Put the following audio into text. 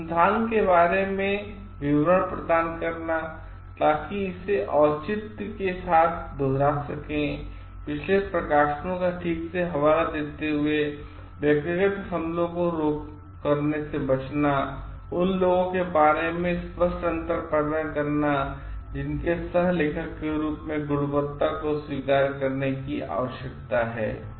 अनुसंधान के बारे में विवरण प्रदान करना ताकि अन्य इसे औचित्य के साथ दोहरा सकें पिछले प्रकाशनों का ठीक से हवाला देते हुए व्यक्तिगत हमलों को करने से बचना उन लोगों के बारे में स्पष्ट अंतर पैदा करना जिनके सह लेखक के रूप में गुणवत्ता को स्वीकार करने की आवश्यकता है